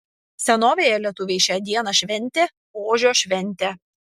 senovėje lietuviai šią dieną šventė ožio šventę